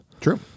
True